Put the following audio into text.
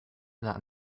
that